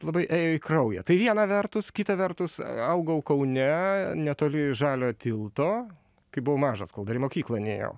labai ėjo į kraują tai viena vertus kita vertus augau kaune netoli žalio tilto kai buvau mažas kol dar į mokyklą nėjau